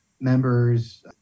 member's